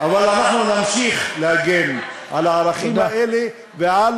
אבל אנחנו נמשיך להגן על הערכים האלה ועל